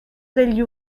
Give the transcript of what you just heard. degli